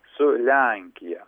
su lenkija